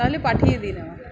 তাহলে পাঠিয়ে দিন আমার